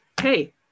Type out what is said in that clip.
hey